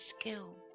skill